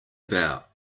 about